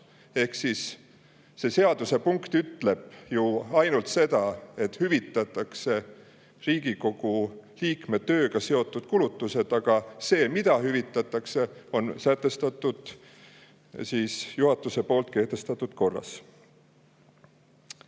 Ehk see seadusepunkt ütleb ju ainult seda, et hüvitatakse Riigikogu liikme tööga seotud kulutused, aga see, mida hüvitatakse, on sätestatud juhatuse kehtestatud korras.